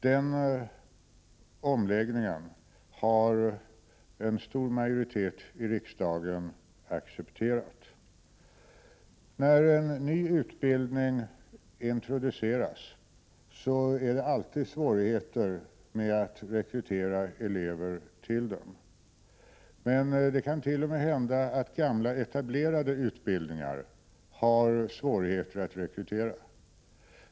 Denna omläggning har en stor majoritet i riksdagen accepterat. När en ny utbildning introduceras är det alltid svårt att rekrytera elever till den. Men det kan t.o.m. hända att det är svårt att rekrytera elever till gamla etablerade utbildningar.